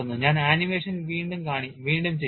ഞാൻ ആനിമേഷൻ വീണ്ടും ചെയ്യും